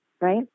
right